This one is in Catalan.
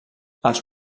els